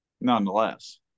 nonetheless